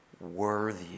worthy